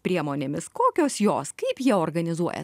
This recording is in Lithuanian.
priemonėmis kokios jos kaip jie organizuoja